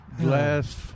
glass